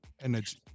Energy